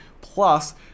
Plus